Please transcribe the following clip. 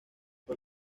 por